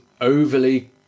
overly